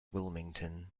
wilmington